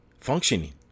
functioning